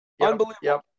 Unbelievable